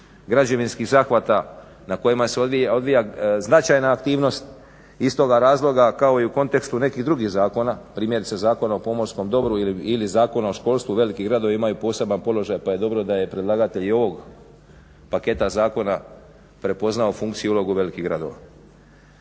građevinskih zahvata, na kojima se odvija značajna aktivnost iz toga razloga kao i u kontekstu nekih drugih zakona primjerice Zakona o pomorskom dobru ili Zakona o školstvu, veliki gradovi imaju poseban položaj pa je dobro da je predlagatelj ovog paketa zakona prepoznao funkciju ulogu velikih gradova.